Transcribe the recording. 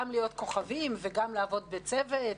גם להיות כוכבים וגם לעבוד בצוות,